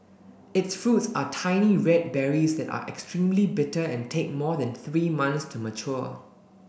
its fruits are tiny red berries that are extremely bitter and take more than three months to mature